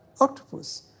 octopus